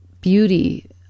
beauty